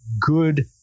good